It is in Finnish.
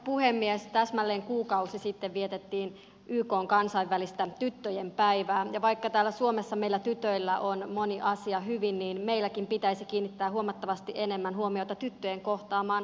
täsmälleen kuukausi sitten vietettiin ykn kansainvälistä tyttöjen päivää ja vaikka täällä suomessa meillä tytöillä on moni asia hyvin niin meilläkin pitäisi kiinnittää huomattavasti enemmän huomiota tyttöjen kohtaamaan häirintään